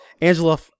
angela